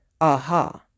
aha